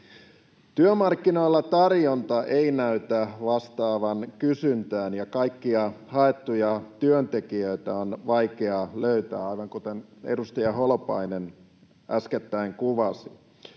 Työmarkkinoilla tarjonta ei näytä vastaavan kysyntään, ja kaikkia haettuja työntekijöitä on vaikeaa löytää, aivan kuten edustaja Holopainen äskettäin kuvasi.